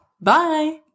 Bye